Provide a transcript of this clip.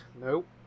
Nope